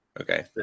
Okay